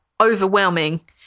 overwhelming